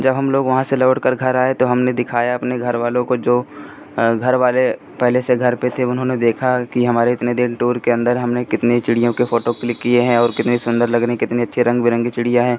जब हम लोग वहाँ से लौटकर घर आए तो हमने दिखाया अपने घर वालों को जो घर वाले पहले से घर पर थे उन्होंने देखा कि हमारे इतने दिन टूर के अंदर हमने कितनी चिड़ियों के फोटो क्लिक किए हैं और कितनी सुंदर लग रही कितनी अच्छी रंग बिरंगी चिड़ियाँ है